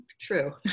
True